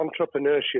entrepreneurship